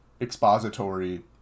expository